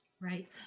Right